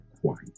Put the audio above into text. quiet